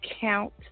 count